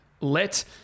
let